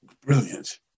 Brilliant